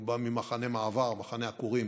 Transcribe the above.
הוא בא ממחנה מעבר, מחנה עקורים